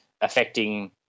affecting